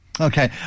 Okay